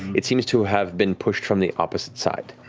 it seems to have been pushed from the opposite side.